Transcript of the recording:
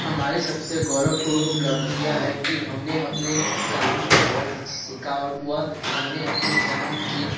हमारी सबसे गौरवपूर्ण उपलब्धि यह है कि हमने अपने काम को बहोत अच्छे से सीखा और व हमने अपने ज्ञान की